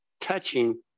touching